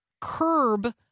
curb